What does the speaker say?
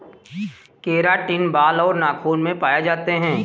keratin बाल और नाखून में पाए जाते हैं